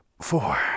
four